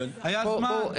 היה זמן.